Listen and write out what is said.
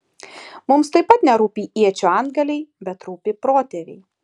mums taip pat nerūpi iečių antgaliai bet rūpi protėviai